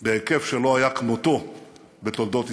בהיקף שלא היה כמותו בתולדות ישראל.